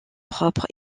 propre